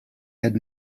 had